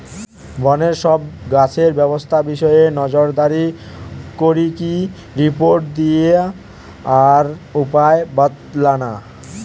বনের সব গাছের স্বাস্থ্য বিষয়ে নজরদারি করিকি রিপোর্ট দিয়া আর উপায় বাৎলানা